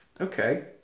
Okay